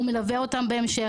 הוא מלווה אותם בהמשך,